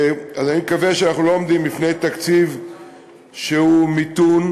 אז אני מקווה שאנחנו לא עומדים לפני תקציב שהוא מיתון,